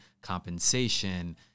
compensation